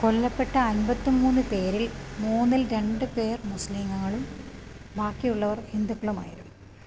കൊല്ലപ്പെട്ട അൻപത്തിമൂന്ന് പേരിൽ മൂന്നിൽ രണ്ട് പേർ മുസ്ലിംങ്ങളും ബാക്കിയുള്ളവർ ഹിന്ദുക്കളുമായിരുന്നു